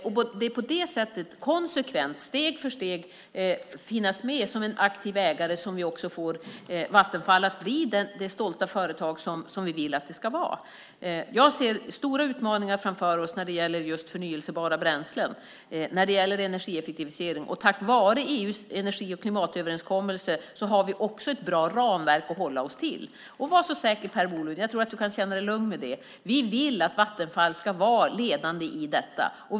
Genom att på det sättet konsekvent och steg för steg finnas med som aktiv ägare får vi också Vattenfall att bli det stolta företag som vi vill att det ska vara. Jag ser stora utmaningar framför oss när det gäller just förnybara bränslen och energieffektivisering. Tack vare EU:s energi och klimatöverenskommelse har vi också ett bra ramverk att hålla oss till. Var så säker, Per Bolund - du kan känna dig lugn med att Vattenfall ska vara ledande i detta!